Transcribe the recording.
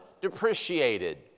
depreciated